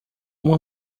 uma